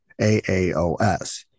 AAOS